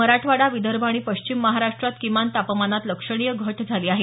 मराठवाडा विदर्भ आणि पश्चिम महाराष्ट्रात किमान तापमानात लक्षणीय घट झाली आहे